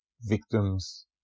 victims